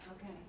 okay